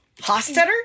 Hostetter